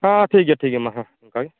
ᱦᱟᱸ ᱴᱷᱤᱠᱜᱮᱭᱟ ᱴᱷᱤᱠᱜᱮᱭᱟ ᱢᱟ ᱦᱟᱸ ᱚᱱᱠᱟᱜᱮ